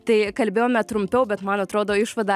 tai kalbėjome trumpiau bet man atrodo išvada